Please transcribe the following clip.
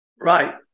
right